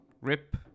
rip